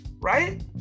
right